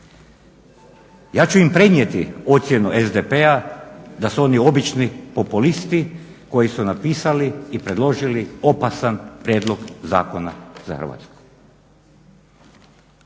Ja ću im prenijeti ocjenu SDP-a da su oni obično populisti koji su napisali i predložili opasan prijedlog zakona za Hrvatsku.